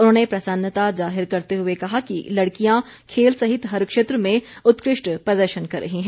उन्होंने प्रसन्नता जाहिर करते हुए कहा कि लड़कियां खेल सहित हर क्षेत्र में उत्कृष्ट प्रदर्शन कर रही हैं